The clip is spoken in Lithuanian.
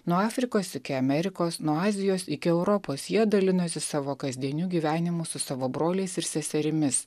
nuo afrikos iki amerikos nuo azijos iki europos jie dalinosi savo kasdieniu gyvenimu su savo broliais ir seserimis